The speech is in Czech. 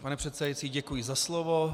Pane předsedající, děkuji za slovo.